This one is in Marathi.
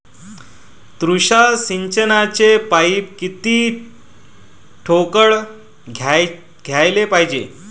तुषार सिंचनाचे पाइप किती ठोकळ घ्याले पायजे?